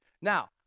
Now